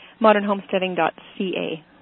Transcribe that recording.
ModernHomesteading.ca